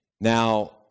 Now